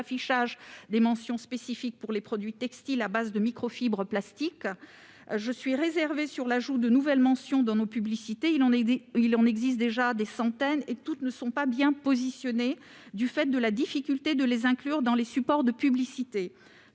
de mentions spécifiques pour les produits textiles à base de microfibres plastiques. Je suis réservée sur l'ajout de nouvelles mentions dans les publicités. Il en existe déjà des centaines et toutes ne sont pas bien positionnées, du fait de la difficulté de les inclure dans les supports. La pollution